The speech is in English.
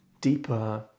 deeper